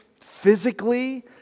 physically